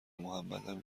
محمدم